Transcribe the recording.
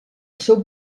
seu